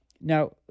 Now